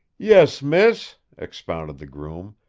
yes, miss, expounded the groom.